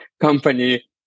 company